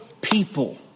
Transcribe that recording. people